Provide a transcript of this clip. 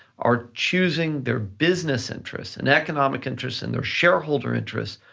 are choosing their business interests and economic interest and their shareholder interest,